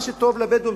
מה שטוב לבדואים,